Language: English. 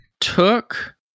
took